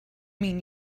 mean